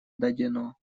дадено